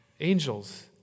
Angels